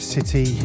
City